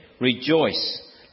Rejoice